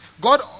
God